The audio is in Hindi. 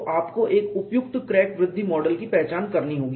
तो आपको एक उपयुक्त क्रैक वृद्धि मॉडल की पहचान करनी होगी